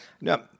Now